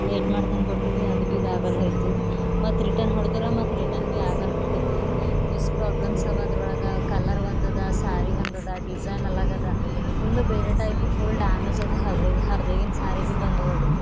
late ಮಾಡಿ ತನ್ಕೊಟ್ಟಿರಿ ಅದು ಭೀ ಆಗಲ್ಹೋಯ್ತು ಮತ್ತು ರಿಟನ್ ಹೊಡ್ದ್ರೆ ಮತ್ತೆ ರಿಟನ್ ಭೀ ಆಗಲ್ಲ ಹೊಂಟುತ್ತು ಇಷ್ಟ್ ಪ್ರಾಬ್ಲಮ್ಸ್ ಅವೆ ಅದ್ರೊಳಗೆ ಕಲರ್ ಒಂದದ ಸ್ಯಾರಿ ಒಂದದ ಡಿಸೈನ್ ಅಲಗದ ಫುಲ್ಲು ಬೇರೆ ಟೈಪು ಫುಲ್ ಡ್ಯಾಮೇಜ್ ಅದ ಹರ್ದೋಗಿ ಹರ್ದೋಗಿಂದು ಸ್ಯಾರಿ ಭೀ ಬಂದದದು